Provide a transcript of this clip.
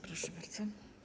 Proszę bardzo.